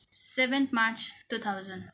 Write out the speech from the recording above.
seventh March two thousand